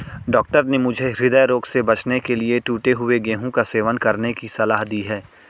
doctor ने मुझे हृदय रोग से बचने के लिए टूटे हुए गेहूं का सेवन करने की सलाह दी है